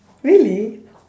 really